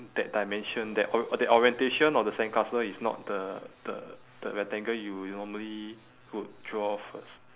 that dimension that or~ that orientation of the sandcastle is not the the the rectangle you normally would draw first